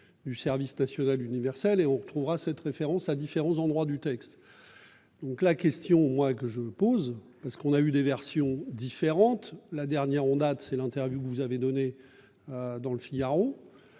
Du service national universel et on retrouvera cette référence à différents endroits du texte. Donc la question moi que je pose, parce qu'on a eu des versions différentes. La dernière en date c'est l'interview que vous avez donné. Dans Le Figaro.